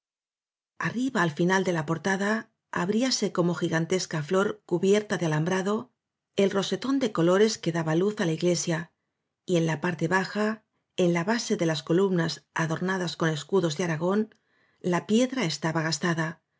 arriba al final de la portada abríase como gi gantesca flor cubierta de alambrado el rosetón de co lores que daba luz á la igle sia y en la parte baja en la base de las columnas ador nadas con escudos de aragón la piedra estaba gastada